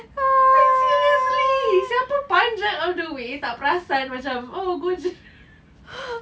like seriously siapa panjat all the way tak perasan macam oh go jer